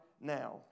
now